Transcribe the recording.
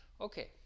Okay